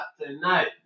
tonight